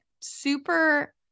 super